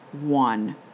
one